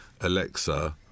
Alexa